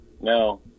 No